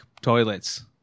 toilets